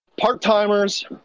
part-timers